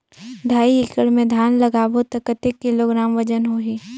ढाई एकड़ मे धान लगाबो त कतेक किलोग्राम वजन होही?